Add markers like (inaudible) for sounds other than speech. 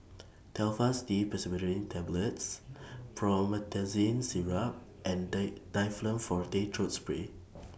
Telfast D Pseudoephrine Tablets (noise) Promethazine Syrup and Day Difflam Forte Throat Spray (noise)